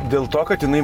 dėl to kad jinai